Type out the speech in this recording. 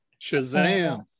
shazam